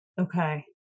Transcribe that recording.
Okay